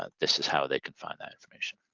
ah this is how they can find that information.